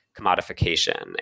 commodification